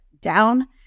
down